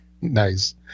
Nice